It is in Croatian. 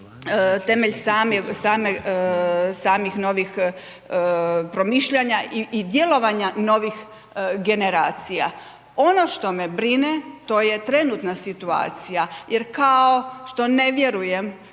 temelj samih novih promišljanja i djelovanja novih generacija. Ono što me brine, to je trenutna situacija jer kao što ne vjerujem